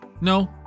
No